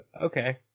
Okay